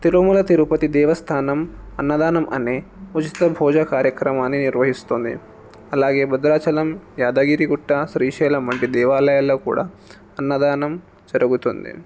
తిరుమల తిరుపతి దేవస్థానం అన్నదానం అనే ఉచితభోజ కార్యక్రమాన్ని నిర్వహిస్తుంది అలాగే భద్రాచలం యాదగిరిగుట్ట శ్రీశైలం వంటి దేవాలయాల్లో కూడా అన్నదానం జరుగుతుంది